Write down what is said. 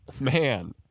man